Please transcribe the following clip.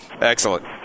Excellent